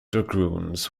dragoons